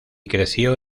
creció